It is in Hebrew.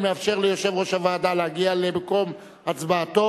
אני מאפשר ליושב-ראש הוועדה להגיע למקום הצבעתו.